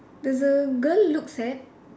there's a girl looks at